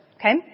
Okay